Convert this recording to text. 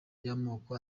y’amoko